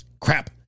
Crap